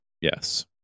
Yes